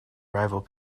rival